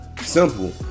Simple